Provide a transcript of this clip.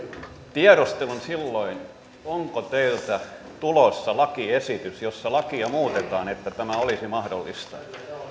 tiedustelin silloin onko teiltä tulossa lakiesitys jossa lakia muutetaan että tämä olisi mahdollista